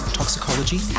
toxicology